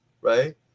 right